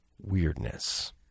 weirdness